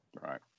Right